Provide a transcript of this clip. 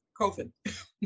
COVID